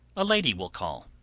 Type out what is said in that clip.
a lady will call.